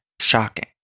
shocking